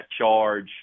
charge